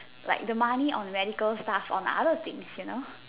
like the money on medical stuff on other things you know